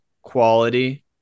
quality